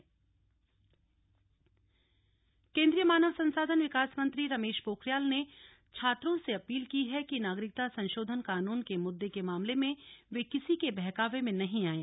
नागरिकता संशोधन अधिनियम केंद्रीय मानव संसाधन विकास मंत्री रमेश पोखरियाल ने छात्रों से अपील की है कि नागरिकता संशोधन कानून के मुद्दे के मामले में वे किसी के बहकावे में नहीं आएं